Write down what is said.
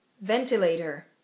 Ventilator